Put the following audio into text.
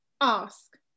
ask